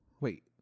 Wait